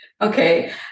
Okay